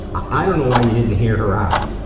i don't know why you didn't hear her out,